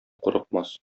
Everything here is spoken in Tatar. курыкмас